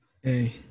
Hey